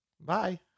Bye